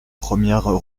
premières